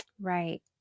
Right